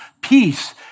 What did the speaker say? peace